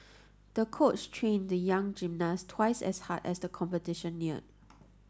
the coach trained the young gymnast twice as hard as the competition neared